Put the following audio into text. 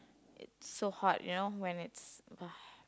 it's so hot you know when it's !wah!